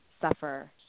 suffer